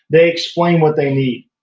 they explain what they need.